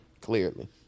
clearly